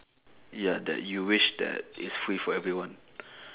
ya that you wish that it's free for everyone